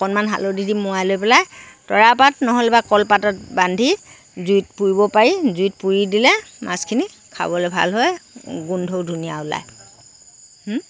অকণমান হালধি দি মোৱাই লৈ পেলাই তৰা পাত নহ'লেবা কলপাতত বান্ধি জুইত পুৰিব পাৰি জুইত পুৰি দিলে মাছখিনি খাবলৈ ভাল হয় গোন্ধও ধুনীয়া ওলায়